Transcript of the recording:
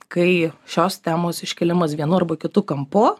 kai šios temos iškėlimas vienu arba kitu kampu